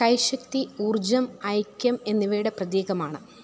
കൈശക്തി ഊർജ്ജം ഐക്യം എന്നിവയുടെ പ്രതീകമാണ്